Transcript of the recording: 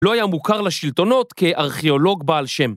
‫לא היה מוכר לשלטונות ‫כארכיאולוג בעל שם.